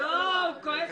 לעשות